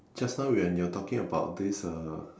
just now when you're talking about this uh